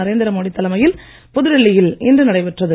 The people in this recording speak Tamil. நரேந்திரமோடி தலைமையில் புதுடில்லியில் இன்று நடைபெற்றது